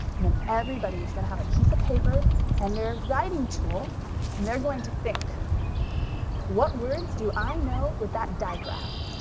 and then everybody is gonna have a piece of paper and their writing tool and they're going to think what words do i know with that diagraph?